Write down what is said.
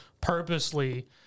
purposely